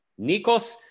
Nikos